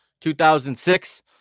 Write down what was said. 2006